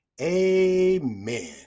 Amen